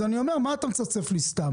אז אני אומר: מה אתה מצפצף לי סתם.